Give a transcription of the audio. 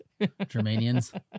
Germanians